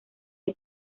del